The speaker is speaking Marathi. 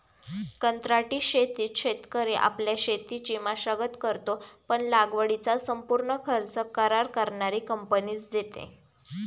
कंत्राटी शेतीत शेतकरी आपल्या शेतीची मशागत करतो, पण लागवडीचा संपूर्ण खर्च करार करणारी कंपनीच देते